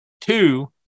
Two